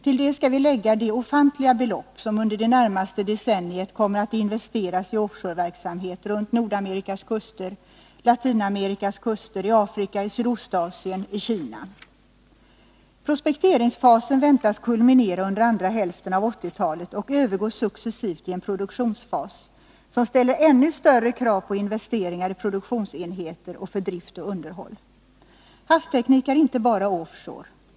Till detta skall vi lägga de ofantliga belopp som under det närmaste decenniet kommer att investeras i offshore-verksamhet runt Nordamerikas och Latinamerikas kuster, i Afrika, i Sydostasien, i Kina. Prospekteringsfasen väntas kulminera under andra hälften av 1980-talet och successivt övergå i en produktionsfas som ställer ännu större krav på investeringar i produktionsenheter och för drift och underhåll. Havsteknik är inte bara offshore.